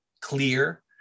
clear